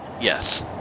Yes